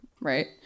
right